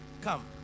Come